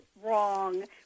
wrong